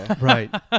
Right